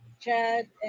Chad